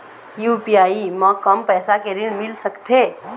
UPI म कम पैसा के ऋण मिल सकथे?